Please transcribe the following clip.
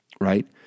right